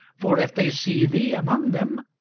for if they see thee among them,